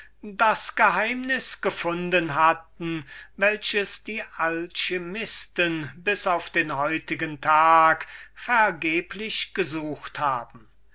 das geheimnis gefunden hatten welches die alchymisten bis auf den heutigen tag vergeblich gesucht haben